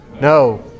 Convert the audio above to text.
No